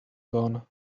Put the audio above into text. gone